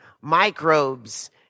microbes